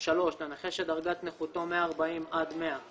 לנכה שדרגת נכותו מ-40% עד 100%